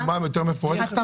תוכלו להציג דוגמה מפורטת יותר?